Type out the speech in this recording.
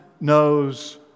knows